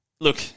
look